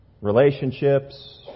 relationships